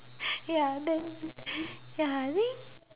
ya then then I think